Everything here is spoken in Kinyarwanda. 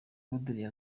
landry